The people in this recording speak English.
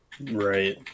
Right